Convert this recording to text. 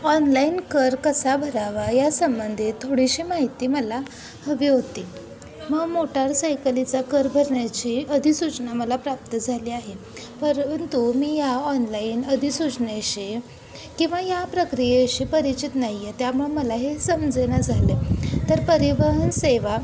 online कर कसा भरावा या संबंधित थोडीशी माहिती मला हवी होती मग मोटारसायकलीचा कर भरण्याची अधिसूचना मला प्राप्त झाली आहे परंतु मी या ऑनलाईन अधिसूचनेशी किंवा या प्रक्रियेशी परिचित नाही आहे त्यामुळं मला हे समजेना झालं आहे तर परिवहन सेवा